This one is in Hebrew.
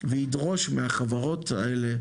וידרוש מהחברות האלה,